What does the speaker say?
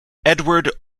edward